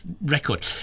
record